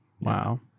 Wow